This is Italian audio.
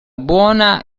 buona